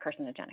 carcinogenic